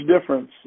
difference